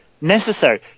necessary